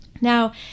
Now